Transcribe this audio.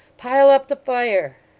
pile up the fire!